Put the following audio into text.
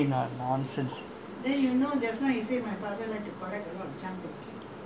one month one time or [what] doesn't doesn't mean that I know your family not nonsense